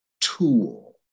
tool